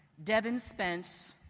devin spence,